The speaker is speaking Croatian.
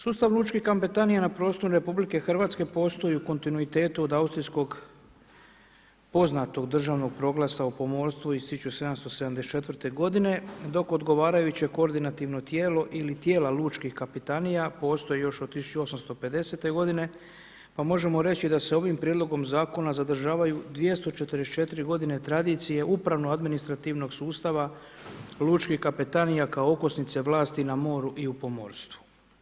Sustav lučke kapetanije na prostoru RH postoji u kontinuitetu od Austrijskog poznatog državnog proglasa o pomorstvu iz 1774. godine, dok odgovarajuće koordinativno tijelo ili tijela Lučkih kapetanija postoji još od 1850. godine pa možemo reći da se ovim prijedlogom zakona zadržavaju 244 godine tradicije upravno administrativnog sustava lučkih kapetanija kao okosnice vlasti u moru i u pomorstvu.